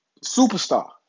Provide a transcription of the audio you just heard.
superstar